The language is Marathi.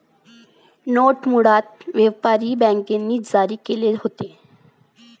नोटा मूळतः व्यापारी बँकांनी जारी केल्या होत्या